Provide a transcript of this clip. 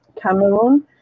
Cameroon